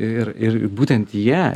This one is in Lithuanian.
ir ir būtent jie